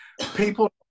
people